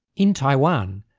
in taiwan,